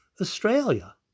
Australia